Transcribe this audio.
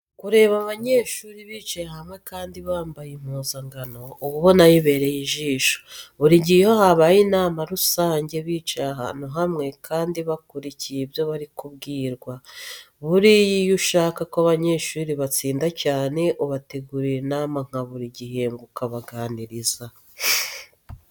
Kureba abanyeshuri bicaye hamwe kandi bambaye impuzankano uba ubona bibereye ijisho. Buri gihe iyo habaye inama usanag bicaye ahantu hamwe kandi bakurikiye ibyo bari kubwirwa. Buriya iyo ushaka ko abanyeshuri batsinda cyane ubategurira inama nka buri gihembwe ukabaganiriza.